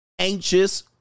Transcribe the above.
anxious